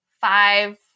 five